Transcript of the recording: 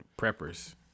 preppers